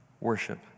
worship